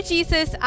Jesus